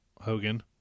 Hogan